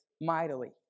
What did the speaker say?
mightily